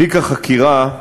תיק החקירה,